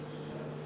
(שותקת)